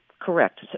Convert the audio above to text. correct